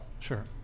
sure